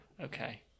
Okay